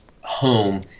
home